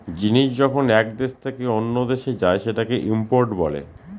জিনিস যখন এক দেশ থেকে অন্য দেশে যায় সেটাকে ইম্পোর্ট বলে